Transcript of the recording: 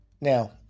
now